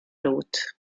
route